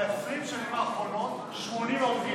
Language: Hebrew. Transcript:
ב-20 השנים האחרונות 80 הרוגים.